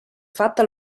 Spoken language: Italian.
fatta